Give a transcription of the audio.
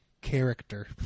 Character